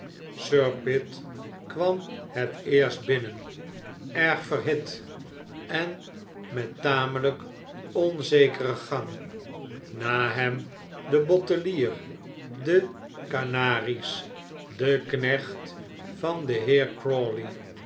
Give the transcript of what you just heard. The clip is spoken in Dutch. sir pitt kwam het eerst binnen erg verhit en met tamelijk onzekeren gang na hem de bottelier de kanaries de knecht van den